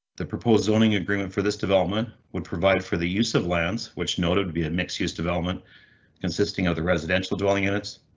the proposed zoning agreement for this development would provide for the use of lands, which noted to be a mixed use development consisting of the residential dwelling units,